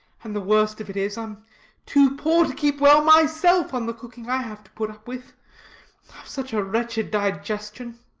and the worst of it is, i'm too poor to keep well myself on the cooking i have to put up with. ive such a wretched digestion